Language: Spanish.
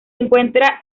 encuentra